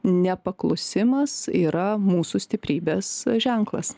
nepaklusimas yra mūsų stiprybės ženklas